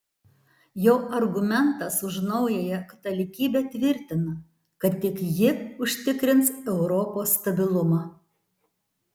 jo argumentas už naująją katalikybę tvirtina kad tik ji užtikrins europos stabilumą